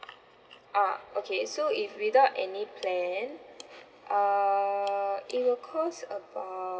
uh okay so if without any plan err it will cost about